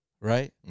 right